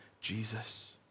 Jesus